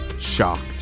shocked